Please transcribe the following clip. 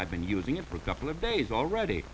i've been using it for a couple of days already